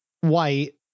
white